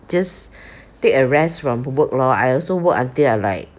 just take a rest from work lor I also work until I like